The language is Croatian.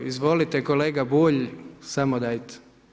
Izvolite kolega Bulj, samo dajte.